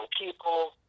people